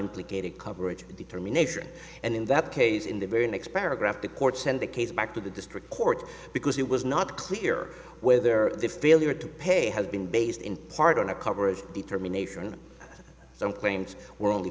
implicated coverage determination and in that case in the very next paragraph the court send the case back to the district court because it was not clear whether the failure to pay had been based in part on a coverage determination some claims were only